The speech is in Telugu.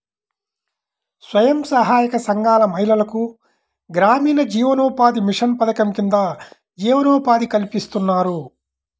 స్వయం సహాయక సంఘాల మహిళలకు గ్రామీణ జీవనోపాధి మిషన్ పథకం కింద జీవనోపాధి కల్పిస్తున్నారు